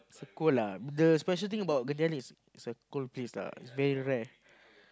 it's a cold lah the special thing about Genting-Highlands is a is a cold place lah very rare